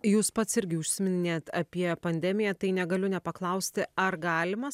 jūs pats irgi užsiminėt apie pandemiją tai negaliu nepaklausti ar galimas